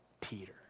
Peter